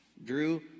Drew